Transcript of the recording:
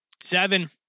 Seven